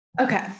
Okay